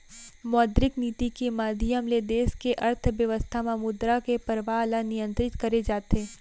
मौद्रिक नीति के माधियम ले देस के अर्थबेवस्था म मुद्रा के परवाह ल नियंतरित करे जाथे